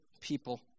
people